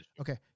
Okay